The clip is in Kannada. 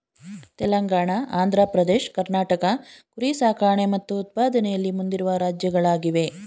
ತೆಲಂಗಾಣ ಆಂಧ್ರ ಪ್ರದೇಶ್ ಕರ್ನಾಟಕ ಕುರಿ ಸಾಕಣೆ ಮತ್ತು ಉತ್ಪಾದನೆಯಲ್ಲಿ ಮುಂದಿರುವ ರಾಜ್ಯಗಳಾಗಿವೆ